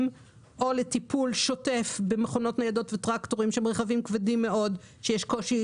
או לטיפול שוטף במכונות ניידות וטרקטורים שהם רכבים כבדים מאוד ויש קושי